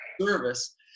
service